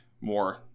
more